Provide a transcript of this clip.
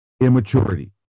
immaturity